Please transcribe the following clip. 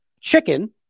Chicken